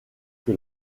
que